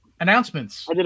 announcements